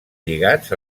lligats